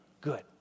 good